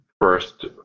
first